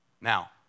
Now